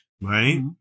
Right